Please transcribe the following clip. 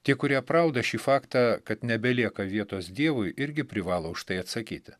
tie kurie aprauda šį faktą kad nebelieka vietos dievui irgi privalo už tai atsakyti